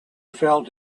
felt